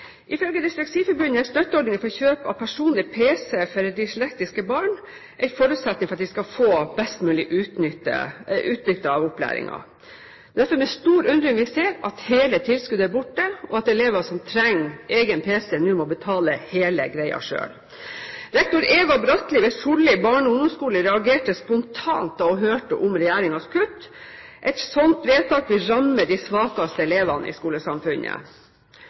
Ifølge Dysleksiforbundet er støtteordninger for kjøp av personlig pc til dyslektiske barn en forutsetning for at de skal få best mulig utbytte av opplæringen. Det er derfor med stor undring vi ser at hele tilskuddet er borte, og at elever som trenger egen pc, nå må betale hele greia selv. Rektor Eva Bratli ved Follo barne- og ungdomsskole reagerte spontant da hun hørte om regjeringens kutt: «Et slikt vedtak vil ramme de svakeste elevene i skolesamfunnet